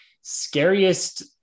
Scariest